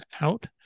out